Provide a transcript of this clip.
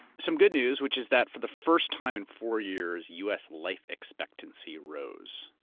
some good news, which is that for the first time in four years, u. s. life expectancy rose,